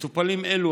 מטופלים אלו,